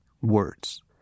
words